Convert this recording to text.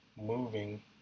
moving